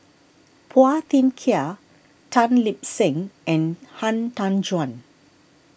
Phua Thin Kiay Tan Lip Seng and Han Tan Juan